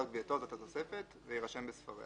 גבייתו" זאת התוספת "ויירשם בספריה."